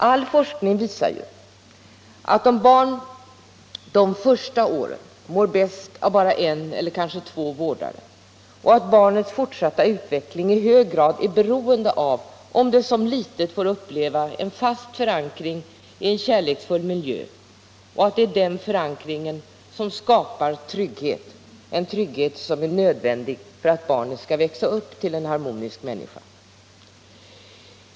All forskning visar att barn under de första åren mår bäst av bara en eller två vårdare; den visar att ett barns fortsatta utveckling i hög grad är beroende av om det som litet får uppleva en fast förankring i en kärleksfull miljö och att det är den förankringen som skapar trygghet — en trygghet som är nödvändig för att barnet skall växa upp till en harmonisk människa.